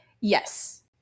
yes